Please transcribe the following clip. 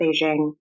Beijing